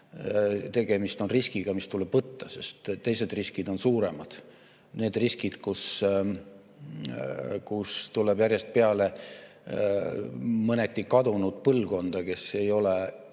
tegemist on riskiga, mis tuleb võtta, sest teised riskid on suuremad. Need on riskid, et tuleb järjest peale mõneti kadunud põlvkonda, kes ei ole